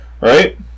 right